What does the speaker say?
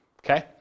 Okay